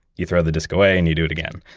you throw the disc away and you do it again